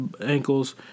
ankles